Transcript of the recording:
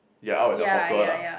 you're out at the hawker lah